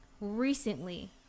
recently